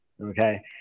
Okay